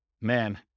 man